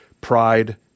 Pride